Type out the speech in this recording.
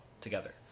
together